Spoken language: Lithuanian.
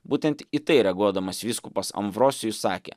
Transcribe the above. būtent į tai reaguodamas vyskupas ambrosijus sakė